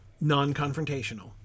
non-confrontational